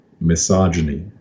misogyny